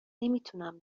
نمیتونم